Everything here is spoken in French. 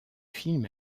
film